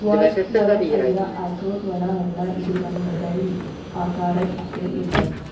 walnut ಅಂದ್ರ ಆಕ್ರೋಟ್ ಒಣ ಹಣ್ಣ ಇದು ನಮ್ ಮೆದಳಿನ್ ಆಕಾರದ್ ಅಪ್ಲೆ ಇರ್ತದ್